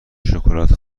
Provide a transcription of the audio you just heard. شکلات